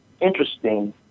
interesting